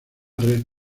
red